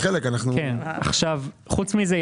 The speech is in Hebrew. חוץ מזה,